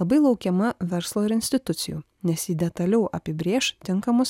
labai laukiama verslo ir institucijų nes ji detaliau apibrėš tinkamus